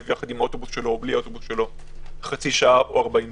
עם האוטובוס שלו או בלי האוטובוס שלו חצי שעה או 40 דקות.